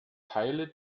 teile